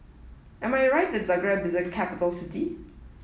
am I right that Zagreb is a capital city